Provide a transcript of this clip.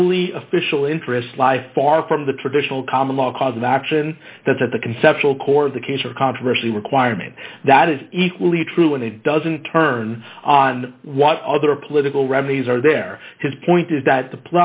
only official interests lie far from the traditional common law cause of action that's at the conceptual core of the case or controversy requirement that is equally true and it doesn't turn on what other political remedies are there his point is that the